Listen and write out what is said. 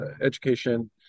education